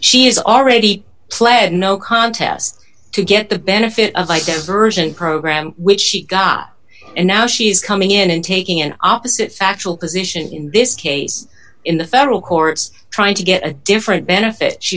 she is already pled no contest to get the benefit of like a version program which she got and now she's coming in and taking an opposite actual position in this case in the federal courts trying to get a different benefit